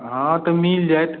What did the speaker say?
हँ तऽ मिल जाएत